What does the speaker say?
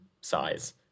size